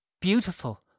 beautiful